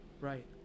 right